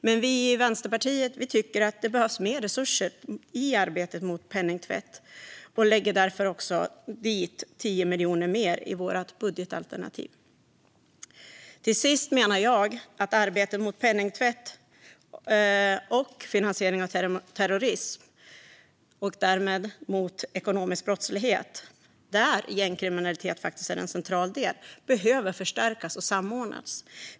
Men vi i Vänsterpartiet tycker att det behövs mer resurser i arbetet mot penningtvätt, och vi lägger därför till ytterligare 10 miljoner i vårt budgetalternativ. Till sist menar jag att arbetet mot penningtvätt och finansiering av terrorism, och därmed arbetet mot ekonomisk brottslighet där gängkriminalitet är en central del, behöver förstärkas och samordnas.